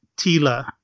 Tila